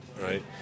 right